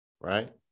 right